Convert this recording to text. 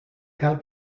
cal